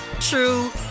true